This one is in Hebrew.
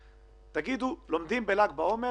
תגידו: לומדים בל"ג בעומר,